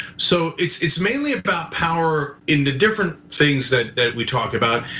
so it's it's mainly about power in the different things that we talk about.